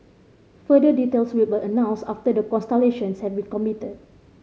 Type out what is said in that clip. further details will be announced after the consultations have been completed